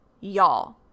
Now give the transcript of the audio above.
Y'all